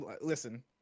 Listen